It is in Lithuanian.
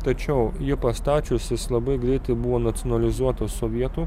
tačiau jį pastačius jis labai greitai buvo nacionalizuotas sovietų